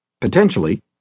potentially